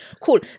Cool